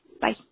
Bye